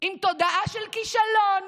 עם תודעה של כישלון